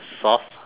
soft